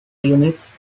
units